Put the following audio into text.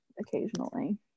occasionally